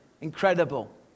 Incredible